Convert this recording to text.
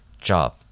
job